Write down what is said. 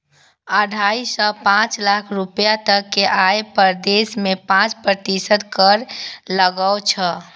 ढाइ सं पांच लाख रुपैया तक के आय पर देश मे पांच प्रतिशत कर लागै छै